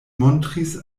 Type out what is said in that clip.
montris